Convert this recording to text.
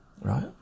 Right